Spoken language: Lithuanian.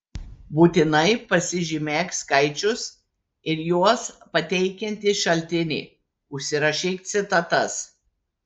būtinai pasižymėk skaičius ir juos pateikiantį šaltinį užsirašyk citatas